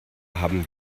haben